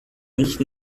nicht